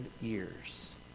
years